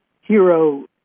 hero